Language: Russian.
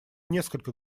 несколько